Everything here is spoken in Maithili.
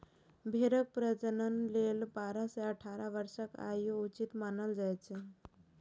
भेड़क प्रजनन लेल बारह सं अठारह वर्षक आयु उचित मानल जाइ छै